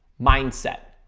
mindset.